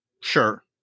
Sure